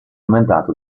inventato